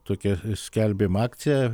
tokią skelbėm akciją